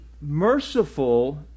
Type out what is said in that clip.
merciful